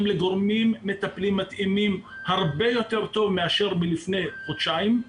לגורמים מטפלים מתאימים הרבה יותר טוב מאשר לפני חודשיים.